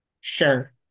Sure